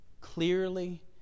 clearly